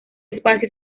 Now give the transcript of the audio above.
espacio